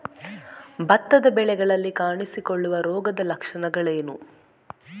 ಭತ್ತದ ಬೆಳೆಗಳಲ್ಲಿ ಕಾಣಿಸಿಕೊಳ್ಳುವ ರೋಗದ ಲಕ್ಷಣಗಳೇನು?